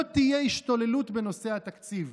לא תהיה השתוללות בנושא התקציב.